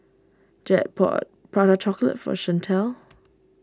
Jed bought Prata Chocolate for Chantelle